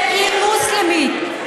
עיר מוסלמית.